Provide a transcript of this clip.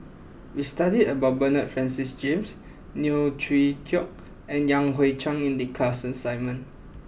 we studied about Bernard Francis James Neo Chwee Kok and Yan Hui Chang in the class assignment